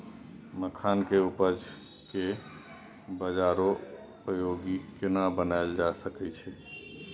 मखान के उपज के बाजारोपयोगी केना बनायल जा सकै छै?